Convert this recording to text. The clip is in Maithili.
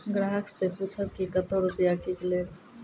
ग्राहक से पूछब की कतो रुपिया किकलेब?